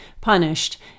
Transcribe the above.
punished